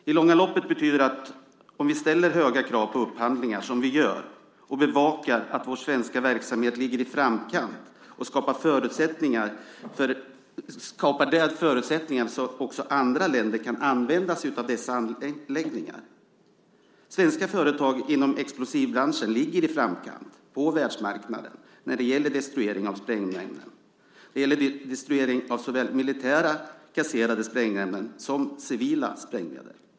I det långa loppet betyder det att vi ska ställa höga krav på upphandlingar, som vi gör, och bevaka att vår svenska verksamhet ligger i framkant och där skapar förutsättningar för att också andra länder kan använda sig av dessa anläggningar. Svenska företag inom explosivbranschen ligger i framkant på världsmarknaden när det gäller destruering av sprängämnen. Det gäller destruering av såväl militära kasserade sprängämnen som civila sprängmedel.